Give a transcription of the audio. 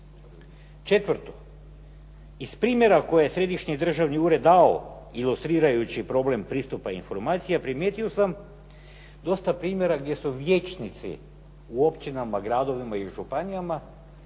Četvrto, iz primjera koje Središnji državni ured dao ilustrirajući problem pristupa informacijama, primijetio sam dosta primjera gdje su vijećnici u općinama, gradovima i županijama,